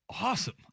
Awesome